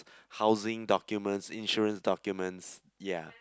housing documents insurance documents ya